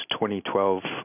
2012